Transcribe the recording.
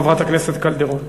חברת הכנסת קלדרון.